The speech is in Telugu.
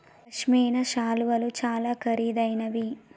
పశ్మిన శాలువాలు చాలా ఖరీదైనవి